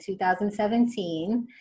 2017